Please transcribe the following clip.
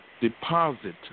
deposit